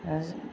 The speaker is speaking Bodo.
आरो